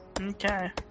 Okay